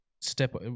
step